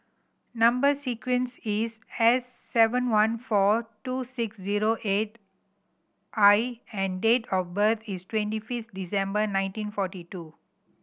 number sequence is S seven one four two six zero eight I and date of birth is twenty fifth December nineteen forty two